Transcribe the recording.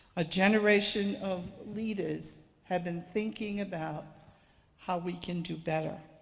a generation of leaders have been thinking about how we can do better.